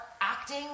acting